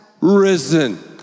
risen